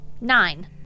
Nine